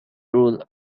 rule